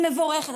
היא מבורכת,